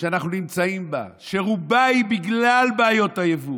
שאנחנו נמצאים בו, שרובו הוא בגלל בעיות היבוא,